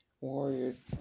warriors